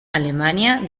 alemania